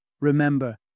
Remember